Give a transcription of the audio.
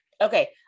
Okay